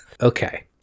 Okay